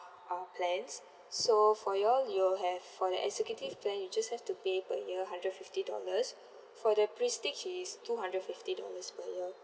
uh plans so for you all you'll have for the executive plan you just have to pay per year hundred fifty dollars for the prestige is two hundred fifty dollars per year